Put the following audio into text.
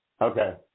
Okay